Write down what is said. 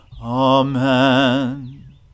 Amen